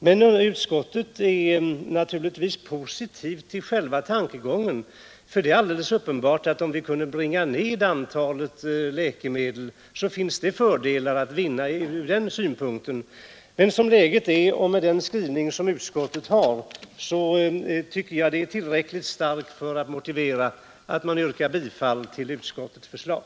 Men utskottet är naturligtvis positivt till själva tankegången, ty det är alldeles uppenbart att fördelar kunde vinnas, om vi kunde bringa ned antalet läkemedel. Som läget är och med hänsyn till utskottets skrivning tycker jag dock att det är motiverat att yrka bifall till utskottets förslag.